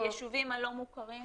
היישובים הלא-מוכרים,